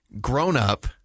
grown-up